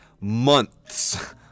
months